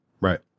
Right